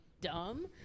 dumb